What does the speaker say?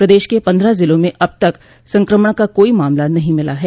प्रदेश के पन्द्रह जिलों में अब तक संक्रमण का कोई मामला नहीं मिला है